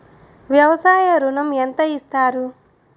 వ్యవసాయ ఋణం ఎంత ఇస్తారు?